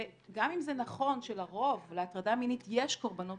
וגם אם זה נכון שלרוב להטרדה מינית יש קורבנות